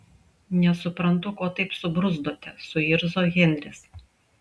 nesuprantu ko taip subruzdote suirzo henris